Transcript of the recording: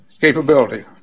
capability